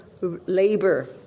labor